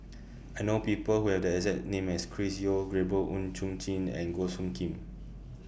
I know People Who Have The exact name as Chris Yeo Gabriel Oon Chong Jin and Goh Soo Khim